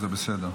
זה בסדר.